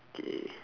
okay